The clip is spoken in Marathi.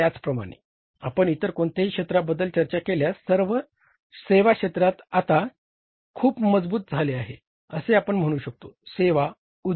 त्याचप्रमाणे आपण इतर कोणत्याही क्षेत्राबद्दल चर्चा केल्यास सेवा क्षेत्र आता खूप मजबूत झाले आहे असे आपण म्हणू शकतो